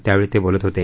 त्यावेळी ते बोलत होते